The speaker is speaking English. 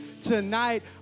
tonight